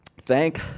thank